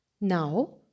Now